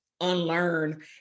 unlearn